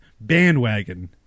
bandwagon